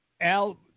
Al